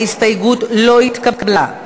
ההסתייגות לא התקבלה.